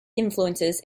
influences